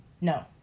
no